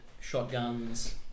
shotguns